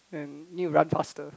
and need to run faster